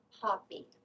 Poppy